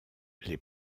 les